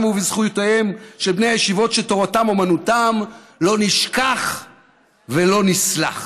ובזכויותיהם של בני הישיבות שתורתם אומנותם"; לא נשכח ולא נסלח.